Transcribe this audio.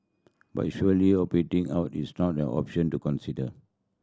but surely opting out is not an option to consider